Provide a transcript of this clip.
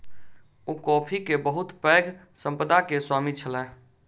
ओ coffee के बहुत पैघ संपदा के स्वामी छलाह